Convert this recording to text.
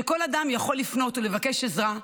שכל אדם יכול לפנות ולבקש עזרה,